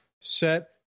set